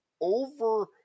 over